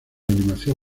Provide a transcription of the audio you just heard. animación